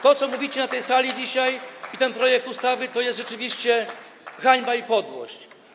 To, co mówicie na tej sali dzisiaj, i ten projekt ustawy to jest rzeczywiście hańba i podłość.